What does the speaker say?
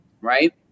Right